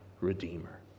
redeemer